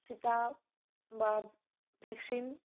চিটা বা ভেকচিন